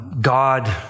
God